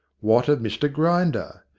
what of mr grinder?